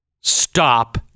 stop